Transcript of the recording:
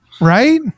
right